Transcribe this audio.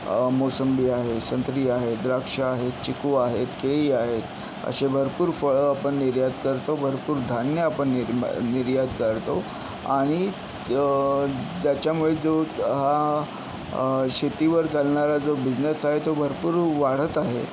मोसंबी आहे संत्री आहे द्राक्ष आहे चिकू आहे केळी आहेत असे भरपूर फळं आपण निर्यात करतो भरपूर धान्य आपण निर्यात करतो आणि त्याच्यामुळे जो हा शेतीवर चालणारा जो बिझनेस आहे तो भरपूर वाढत आहे